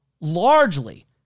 largely